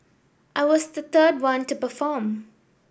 I was the third one to perform